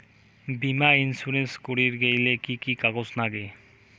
বীমা ইন্সুরেন্স করির গেইলে কি কি কাগজ নাগে?